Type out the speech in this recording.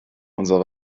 unser